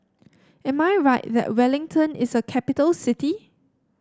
am I right that Wellington is a capital city